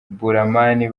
blauman